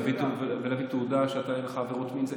זה להביא תעודה שאין לך עבירות מין.